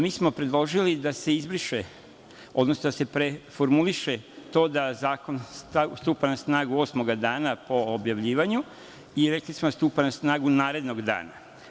Mi smo predložili da se izbriše, odnosno da se preformuliše to da zakon stupa na snagu osmog dana po objavljivanju i rekli smo da stupa na snagu narednog dana.